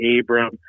Abram